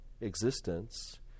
existence